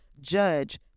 judge